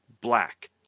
black